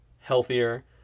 healthier